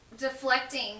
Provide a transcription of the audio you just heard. deflecting